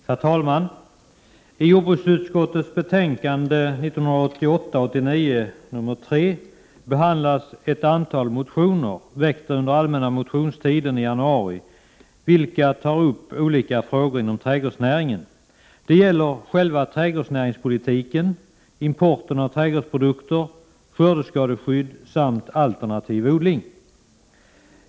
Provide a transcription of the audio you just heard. Herr talman! I jordbruksutskottets betänkande 1988/89:3 behandlas ett antal motioner, väckta under allmänna motionstiden i januari, om olika frågor inom trädgårdsnäringen. Motionerna gäller själva trädgårdsnäringspolitiken, importen av trädgårdsprodukter, skördeskadeskydd samt alternativ odling.